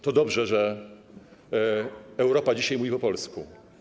To dobrze, że Europa dzisiaj mówi po polsku.